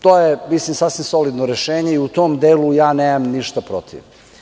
To je sasvim solidno rešenje i u tom delu nemam ništa protiv.